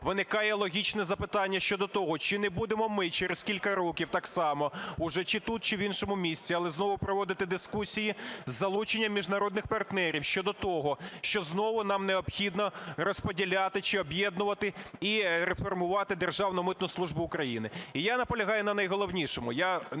виникає логічне запитання щодо того, чи не будемо ми через кілька років так само уже тут чи в іншому місці, але знову проводити дискусії з залученням міжнародних партнерів щодо того, що знову нам необхідно розподіляти чи об'єднувати і реформувати Державну митну службу України. І я наполягаю на найголовнішому.